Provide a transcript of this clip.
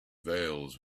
veils